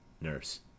Nurse